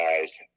guys